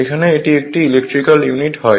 এখানে এটি একটি ইলেকট্রিক্যাল ইউনিট হয়